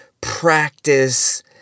practice